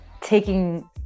taking